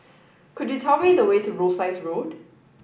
could you tell me the way to Rosyth Road